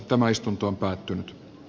tämä istunto päättyi